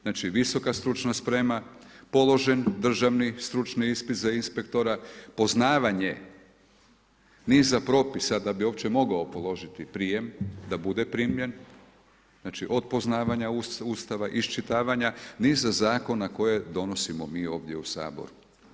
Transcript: Znači visoka stručna sprema, položen državni ispit za inspektora, poznavanje niza propisa da bi uopće mogao položiti prijem, da bude primljen, znači od poznaje Ustava, iscrtavanja, niza zakona koje donosimo mi ovdje u Saboru.